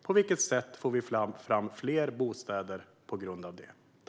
På vilket sätt får vi fram fler bostäder på grund av det?